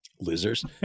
Losers